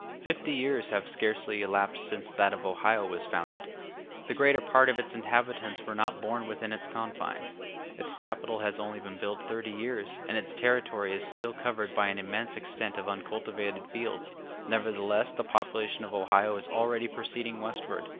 fifty years have scarcely elapsed since that of ohio was founded the greater part of its inhabitants were not born within its confines its capital has only been built thirty years, and its territory is still covered by an immense extent of uncultivated fields nevertheless the population of ohio is already proceeding westward,